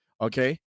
Okay